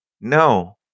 No